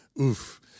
oof